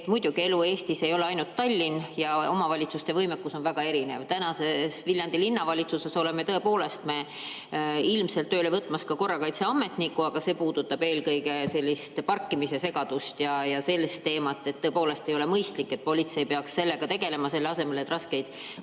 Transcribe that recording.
Muidugi, elu Eestis ei ole ainult Tallinn ja omavalitsuste võimekus on väga erinev. Viljandi linnavalitsuses me ilmselt tõepoolest võtame tööle ka korrakaitseametniku, aga see on seotud eelkõige parkimise segadusega. Sellise teema puhul tõepoolest ei ole mõistlik, et politsei peaks sellega tegelema, selle asemel et raskeid